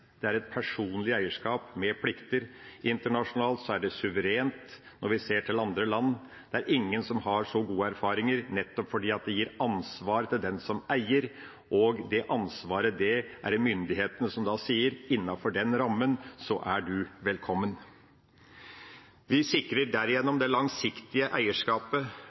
Det er et personlig eierskap med plikter. Internasjonalt er det suverent. Når vi ser til andre land, er det ingen som har så gode erfaringer, nettopp fordi det gir ansvar til den som eier, og det ansvaret er det myndighetene som gir, og sier at innenfor den rammen er en velkommen. Vi sikrer derigjennom det langsiktige eierskapet,